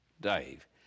Dave